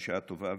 בשעה טובה,